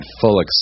full